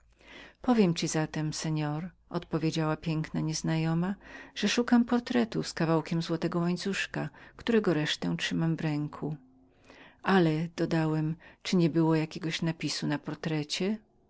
powiem zatem panu odpowiedziała piękna nieznajoma że szukam portretu z kawałkiem łańcuszka złotego którego resztę trzymam w ręku ale dodałem czy niebyło jakiego napisu na portrecie